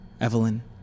Evelyn